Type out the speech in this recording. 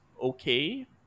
okay